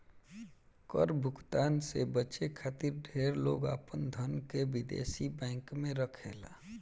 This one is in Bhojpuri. कर भुगतान से बचे खातिर ढेर लोग आपन धन के विदेशी बैंक में रखेला